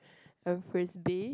and frisbee